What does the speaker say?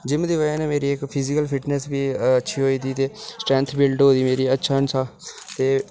gym दी बजह कन्नै मेरी इक्क फिजिकल फिटनेस बी अच्छी होई दी ते स्ट्रेंथ बिल्ड होई दी ते अच्छा ते थैंक यू